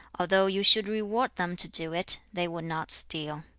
although you should reward them to do it, they would not steal